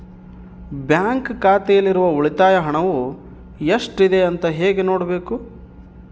Bank ಖಾತೆಯಲ್ಲಿರುವ ಉಳಿತಾಯ ಹಣವು ಎಷ್ಟುಇದೆ ಅಂತ ಹೇಗೆ ನೋಡಬೇಕು?